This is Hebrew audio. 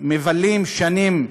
מבלים שנים,